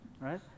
Right